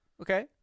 Okay